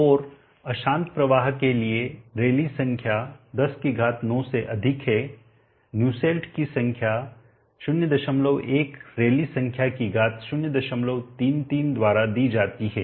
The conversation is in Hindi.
और अशांत प्रवाह के लिए रैली संख्या 109 से अधिक है न्यूसेल्ट की संख्या 01 रैली संख्या की घात 033 द्वारा दी जाती है